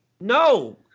No